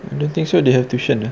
I don't think so they have tuition ah